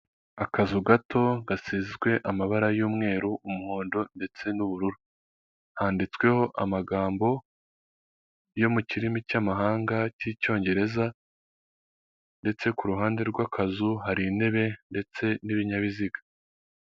Akazu gato gasizwe amabara y'umweru, umuhondo, ndetse n'ubururu, handitsweho amagambo yo mu kirimi cy'amahanga cy'icyongereza ndetse ku ruhande rw'akazu hari intebe ndetse n'ibinyabiziga.